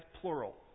plural